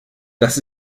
das